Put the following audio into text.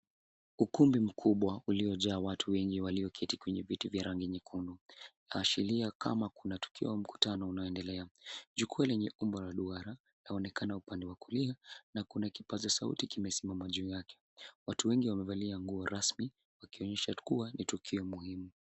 Ukumbi mbubwa uliojaa watu wengi walioketi kwenye viti vya rangi nyekundu ikiashiria kama tukio la mkutano unaoendelea. Jukwaa lenye umbo la duara laonekana upande wa kulia na kuna kipaza sauti kimesimama juu yake. Watu wengi wamevalia nguo rasmi wakionyesha kuwa ni tukio muhimu.